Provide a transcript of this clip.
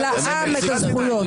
מקשיבים, תנו לשר המשפטים לדבר.